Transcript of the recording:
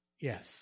Yes